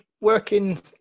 working